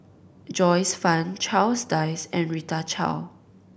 Joyce Fan Charles Dyce and Rita Chao